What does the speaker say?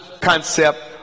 concept